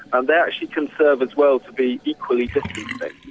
and they actually can serve as well to be equally distancing.